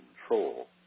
control